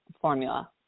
formula